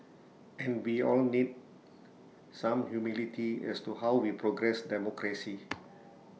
and we all need some humility as to how we progress democracy